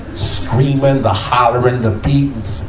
screaming, the hollering, the beatings,